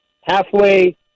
halfway